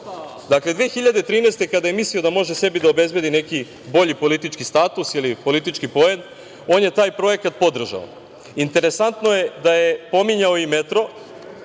Dakle, 2013. kada je mislio da može sebi da obezbedi neki bolji politički status ili politički poen, on je taj projekat podržao. Interesantno je da je pominjao i metro,